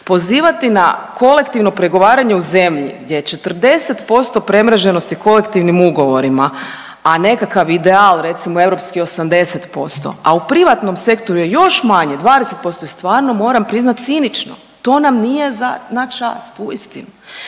Pozivati na kolektivno pregovaranje u zemlji gdje je 40% premreženosti kolektivnim ugovorima, a nekakav ideal recimo europski 80%, a u privatnom sektoru je još manje 20% je stvarno moram priznati cinično, to nam nije za na čast uistinu.